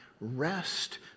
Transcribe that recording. rest